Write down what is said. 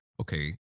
okay